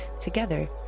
Together